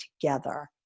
together